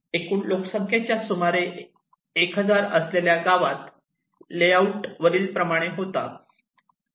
एकूण लोकसंख्या सुमारे 1000 असलेल्या गावाचा लेआउट वरील प्रमाणे होता